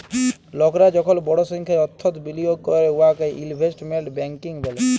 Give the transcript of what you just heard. লকরা যখল বড় সংখ্যায় অথ্থ বিলিয়গ ক্যরে উয়াকে ইলভেস্টমেল্ট ব্যাংকিং ব্যলে